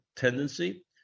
tendency